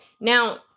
Now